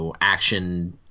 action –